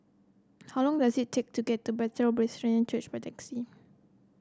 how long does it take to get to Bethel Presbyterian Church by taxi